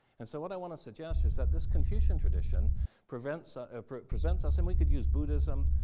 and so what i want to suggest is that this confucian tradition presents ah ah presents us and we could use buddhism.